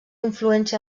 influència